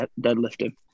deadlifting